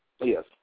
Yes